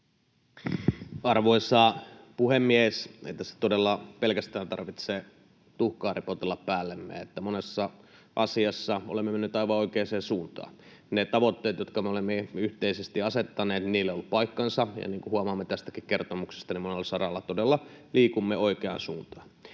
Arvoisa puhemies! Ei tässä todella tarvitse pelkästään tuhkaa ripotella päällemme, monessa asiassa olemme menneet aivan oikeaan suuntaan. Niille tavoitteille, jotka me olemme yhteisesti asettaneet, on ollut paikkansa, ja niin kuin huomaamme tästäkin kertomuksesta, monella saralla todella liikumme oikeaan suuntaan.